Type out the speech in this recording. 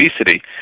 obesity